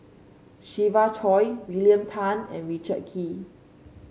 Siva Choy William Tan and Richard Kee